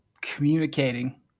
communicating